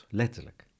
letterlijk